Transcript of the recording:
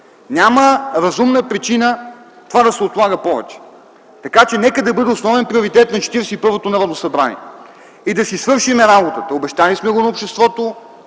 Няма разумна причина това да се отлага повече, така че нека да бъде основен приоритет на Четиридесет и първото Народно събрание и да си свършим работата. Обещали сме го на обществото